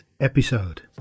episode